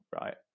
right